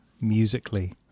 musically